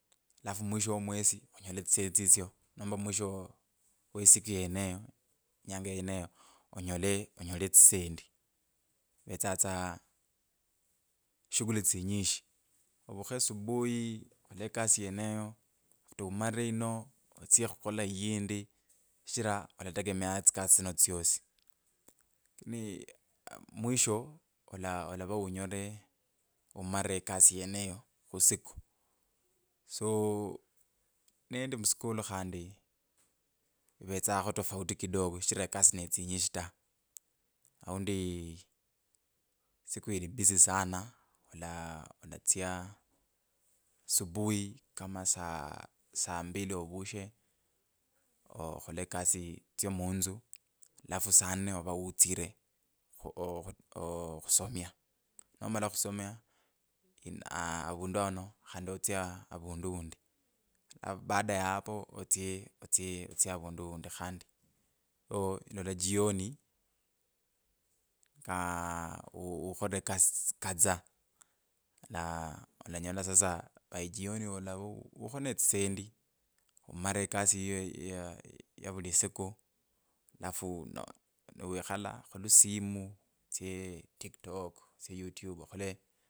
Alafu mwisho so mwesi onyole tsisendi tsitsyo. Nomba mwisho wo weisiku yeneyo inyanha yeneyo onyole onyole tsisendi ivetsa tsa shughuli tsinyishi ovukhe subui okhole ekasi yeneyo after amalire yino oysya khukhola yindi shichira olategemeanga tsikasi tsino tsyosi ni a mwisho aa olava unyolive umalire ekasi yeneyo khusiku so nendi muskulu khandi ivetsakho tafauti kidogo shichira ekasi netsinyishi ta aundi siku ilii busy sana ola olatsya subui kama saa mbili orushe oo okhole ekasi tsyo munzu alafu saa nnr oba utsire oo khu okhu somya. Nomala khusomya in aa avuy ano khandi otsye avuy undi alafu baada ya apo atsye otsye otsye avundu undy khandi so ilola jioni ka ukholire tsikasi kadhaa na olanyola sasa by jioni alava u ukho ne tsisendi ungalire kasi yiyo ya vulisiku alafu no ni wikhala khulusimu oysyr tiktok otsye youtube okhole.